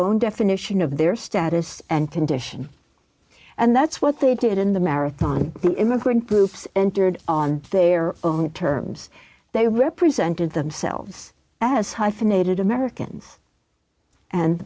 own definition of their status and condition and that's what they did in the marathon the immigrant groups entered on their own terms they represented themselves as hyphenated americans and